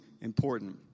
important